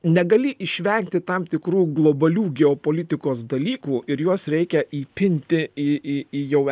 negali išvengti tam tikrų globalių geopolitikos dalykų ir juos reikia įpinti į į į jau